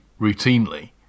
routinely